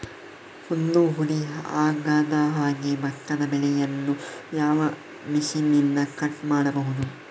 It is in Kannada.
ಹುಲ್ಲು ಹುಡಿ ಆಗದಹಾಗೆ ಭತ್ತದ ಬೆಳೆಯನ್ನು ಯಾವ ಮಿಷನ್ನಿಂದ ಕಟ್ ಮಾಡಬಹುದು?